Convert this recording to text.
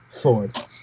Ford